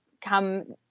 come